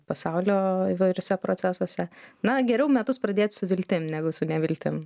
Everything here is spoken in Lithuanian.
pasaulio įvairiuose procesuose na geriau metus pradėt su viltim negu su neviltim